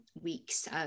weeks